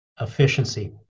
Efficiency